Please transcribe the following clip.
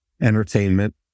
entertainment